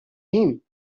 him